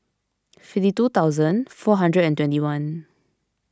fifty two thousand four hundred and twenty one